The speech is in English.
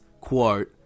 quote